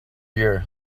year